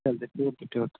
चालेल ठीक आहे ठेवतो